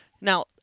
now